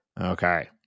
Okay